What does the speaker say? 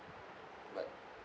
bye